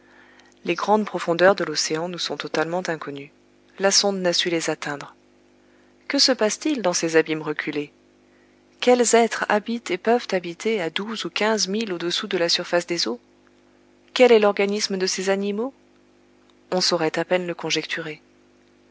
les grandes profondeurs de l'océan nous sont totalement inconnues la sonde n'a su les atteindre que se passe-t-il dans ces abîmes reculés quels êtres habitent et peuvent habiter à douze ou quinze milles au-dessous de la surface des eaux quel est l'organisme de ces animaux on saurait à peine le conjecturer